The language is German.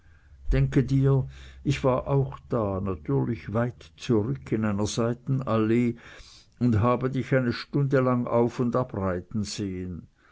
denke dir ich war auch da natürlich weit zurück in einer seiten alleh und habe dich eine stunde lang auf und ab reiten sehn